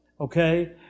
Okay